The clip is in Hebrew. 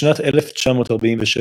בשנת 1946,